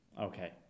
okay